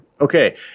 okay